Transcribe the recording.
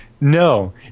no